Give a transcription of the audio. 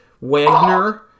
Wagner